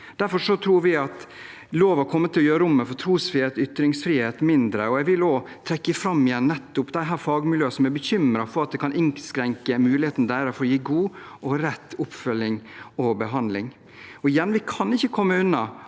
Derfor tror vi loven kommer til å gjøre rommet for trosfrihet og ytringsfrihet mindre. Jeg vil også trekke fram igjen nettopp fagmiljøene som er bekymret for at dette kan innskrenke muligheten deres for å gi god og rett oppfølging og behandling. Og igjen: Vi kan ikke komme unna